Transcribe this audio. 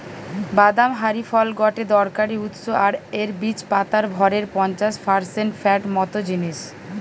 বাদাম হারি ফল গটে দরকারি উৎস আর এর বীজ পাতার ভরের পঞ্চাশ পারসেন্ট ফ্যাট মত জিনিস